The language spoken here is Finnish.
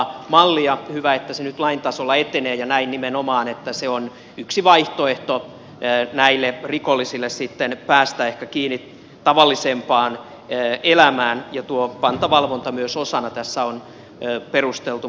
hyvä että se nyt lain tasolla etenee ja nimenomaan näin että se on yksi vaihtoehto näille rikollisille sitten päästä ehkä kiinni tavallisempaan elämään ja tuo pantavalvonta myös osana tässä on perusteltu